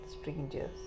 strangers